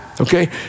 okay